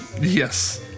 Yes